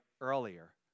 earlier